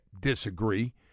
disagree